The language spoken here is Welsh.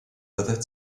byddet